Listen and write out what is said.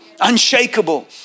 Unshakable